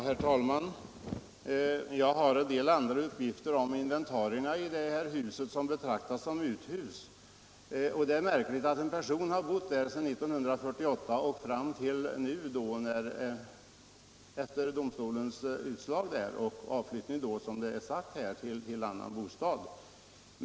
Herr talman! Jag har en del andra uppgifter om inventarierna i det här huset som betraktas som uthus. Det är märkligt att en person har kunnat bo i ett ”uthus” från 1948 tills han efter domstolens utslag avflyttade till annan bostad.